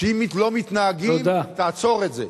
שאם הם לא מתנהגים, תעצור את זה.